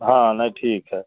हाँ नहीं ठीक है